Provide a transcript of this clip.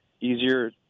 easier